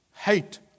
hate